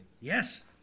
Yes